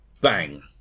bang